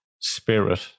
spirit